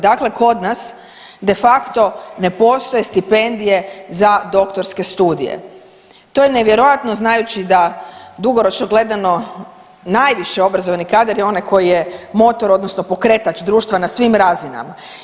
Dakle, kod nas de facto ne postoje stipendije za doktorske studije, to je nevjerojatno znajući da dugoročno gledano najviše obrazovni kadar je onaj koji je motor odnosno pokretač društva na svim razinama.